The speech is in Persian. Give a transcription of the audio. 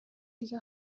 دیگه